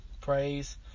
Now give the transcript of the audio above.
Praise